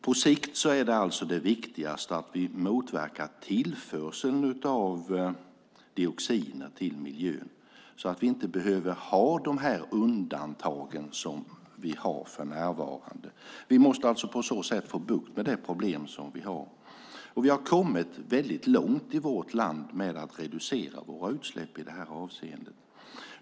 På sikt är det alltså viktigast att vi motverkar tillförseln av dioxiner till miljön så att vi inte behöver ha de undantag som vi har för närvarande. Vi måste på så sätt få bukt med det problem som vi har. Vi har kommit väldigt långt i vårt land med att reducera våra utsläpp i det här avseendet.